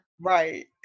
Right